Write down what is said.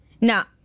Now